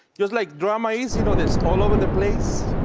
just like drama is, you know, that's all over the place.